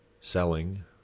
selling